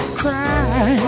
cry